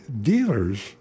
dealers